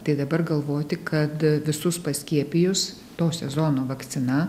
tai dabar galvoti kad visus paskiepijus to sezono vakcina